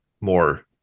more